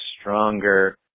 stronger